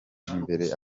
imbere